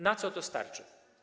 Na co to starczy?